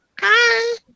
Hi